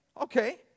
Okay